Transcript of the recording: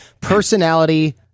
personality